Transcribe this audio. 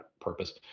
purpose